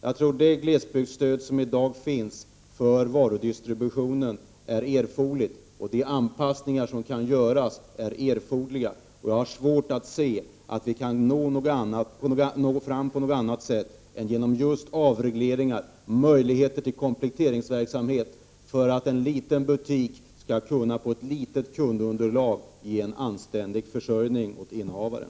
Jag tror att det glesbygdsstöd som i dag finns för varudistribution är erforderligt och att de anpassningar som kan göras är erforderliga. Jag har svårt att se att vi skulle kunna nå fram på något annat sätt än genom avregleringar som ger möjligheter till kompletteringsverksamhet. På det sättet kan en liten butik med ett litet kundunderlag ge en anständig försörjning åt innehavaren.